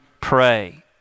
pray